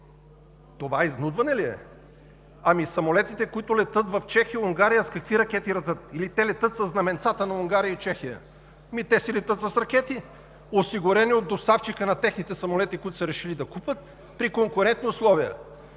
Това изнудване ли е? Ами самолетите, които летят в Чехия и Унгария, с какви ракети летят? Или те летят със знаменцата на Унгария и Чехия? Те си летят с ракети, осигурени от доставчика на техните самолети, които са решили да купят при конкурентни условия!